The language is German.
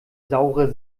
saure